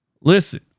Listen